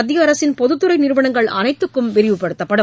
மத்திய அரசின் பொதுத்துறை நிறுவனங்கள் அனைத்துக்கும் விரிவுபடுத்தப்படும்